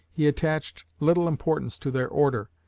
he attached little importance to their order,